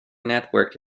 network